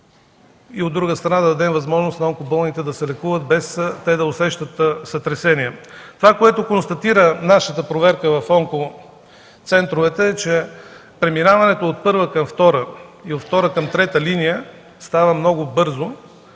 и, от друга страна, да дадем възможност на онкоболните да се лекуват без да усещат сътресения. Това, което констатира нашата проверка в онкоцентровете, е, че преминаването от първа към втора и от втора към трета линия става много бързо.